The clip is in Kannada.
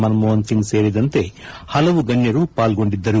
ಮನಮೋಪನ್ ಸಿಂಗ್ ಸೇರಿದಂತೆ ಹಲವು ಗಣ್ಣರು ಪಾಲ್ಗೊಂಡಿದ್ದರು